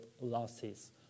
losses